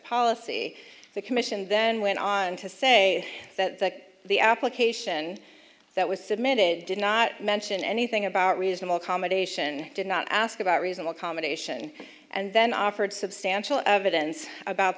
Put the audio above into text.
policy the commission then went on to say that the application that was submitted did not mention anything about reasonable accommodation did not ask about reasonable accommodation and then offered substantial evidence about